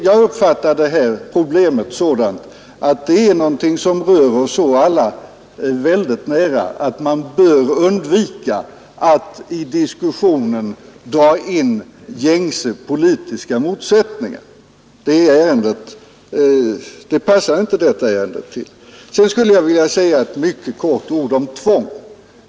Jag uppfattar narkotikaproblemet så att det är någonting som rör oss alla så nära att man bör undvika att i diskussionen dra in gängse politiska motsättningar. Sedan skulle jag helt kort vilja säga något om tvång.